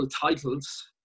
titles